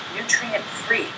nutrient-free